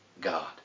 God